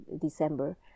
december